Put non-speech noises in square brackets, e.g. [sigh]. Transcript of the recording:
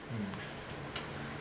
mm [noise]